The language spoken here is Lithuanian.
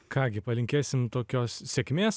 ką gi palinkėsim tokios sėkmės